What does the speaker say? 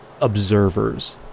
observers